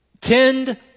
Tend